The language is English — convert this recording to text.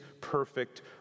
perfect